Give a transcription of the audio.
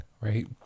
right